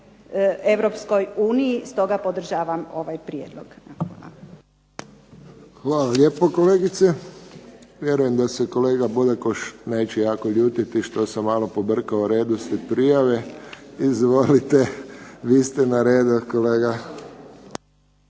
Hvala lijepo kolegice. Vjerujem da se kolega Bodakoš neće jako ljutiti što sam pobrkao redoslijed prijave. Izvolite vi ste na redu kolega.